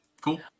cool